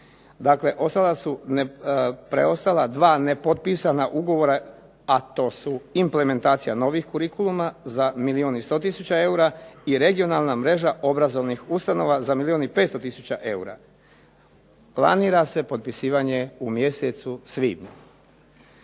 su preostala dva nepotpisana ugovora a to su implementacija novih kurikuluma za milijun i 100 tisuća eura i regionalna mreža obrazovnih ustanova za milijun i 500 tisuća eura. Planira se potpisivanje u mjesecu svibnju.